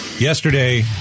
Yesterday